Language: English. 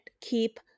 keep